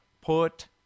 put